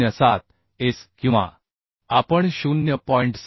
707S किंवा आपण 0